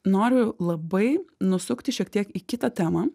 noriu labai nusukti šiek tiek į kitą temą